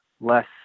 less